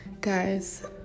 guys